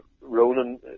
Ronan